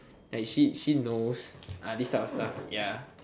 like she she knows this kind of stuff